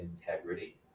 integrity